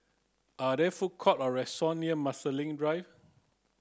are there food court or restaurants near Marsiling Drive